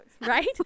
Right